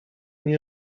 nie